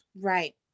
Right